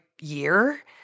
year